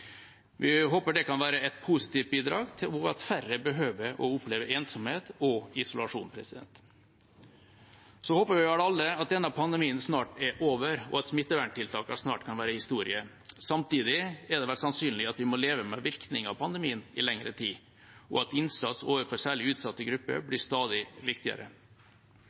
Vi håper at det kan være et positivt bidrag, og at færre behøver å oppleve ensomhet og isolasjon. Så håper vi vel alle at denne pandemien snart er over, og at smitteverntiltakene snart kan være historie. Samtidig er det vel sannsynlig at vi må leve med virkningene av pandemien i lengre tid, og at innsats overfor særlig utsatte grupper blir stadig viktigere.